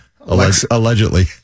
allegedly